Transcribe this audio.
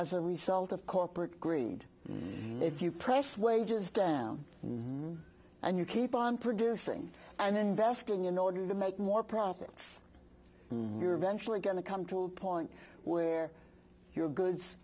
as a result of corporate greed if you press wages down and you keep on producing and investing in order to make more profits you're eventually going to come to a point where your goods